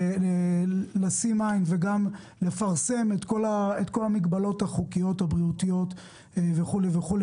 לשים עין וגם לפרסם את כל המגבלות החוקיות הבריאותיות וכולי וכולי.